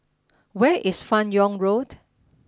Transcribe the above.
where is Fan Yoong Road